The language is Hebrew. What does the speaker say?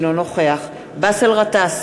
אינו נוכח באסל גטאס,